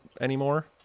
anymore